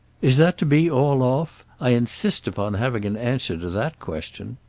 is that to be all off? i insist upon having an answer to that question.